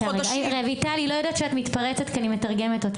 (אומרת דברים בשפת הסימנים, להלן תרגומם: